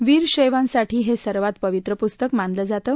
वीरशैवांसाठी हे सर्वात पवित्र पुस्तक मानलं जातं